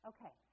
Okay